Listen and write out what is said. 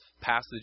passage